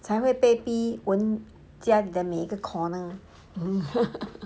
才会被逼温家的每一个 corner